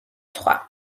სხვა